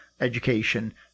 education